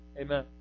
Amen